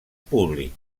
públic